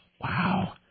Wow